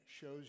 shows